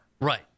Right